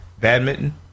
Badminton